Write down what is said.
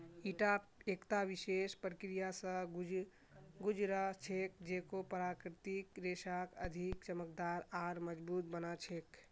ईटा एकता विशेष प्रक्रिया स गुज र छेक जेको प्राकृतिक रेशाक अधिक चमकदार आर मजबूत बना छेक